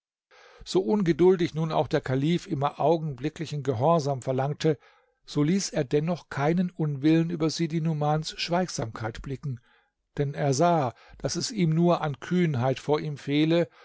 so ungeduldig nun auch der kalif immer augenblicklichen gehorsam verlangte so ließ er dennoch keinen unwillen über sidi numans schweigsamkeit blicken denn er sah daß es ihm nur an kühnheit vor ihm fehle